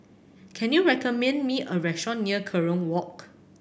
can you recommend me a restaurant near Kerong Walk